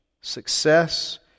success